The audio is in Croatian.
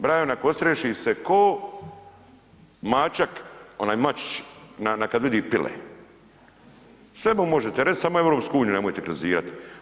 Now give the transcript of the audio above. Brajo nakostriješi se ko mačak onaj mačić kada vidi pile, sve mu možete reći samo EU nemojte kritizirati.